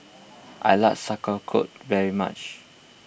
I like very much